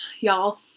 y'all